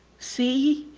see?